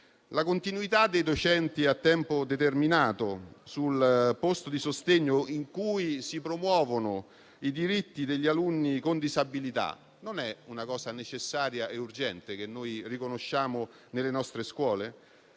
la continuità dei docenti a tempo determinato sul posto di sostegno, con cui si promuovono i diritti degli alunni con disabilità, non è un aspetto necessario e urgente che noi riconosciamo nelle nostre scuole?